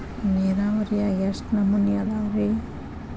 ನೇರಾವರಿಯಾಗ ಎಷ್ಟ ನಮೂನಿ ಅದಾವ್ರೇ?